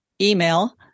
email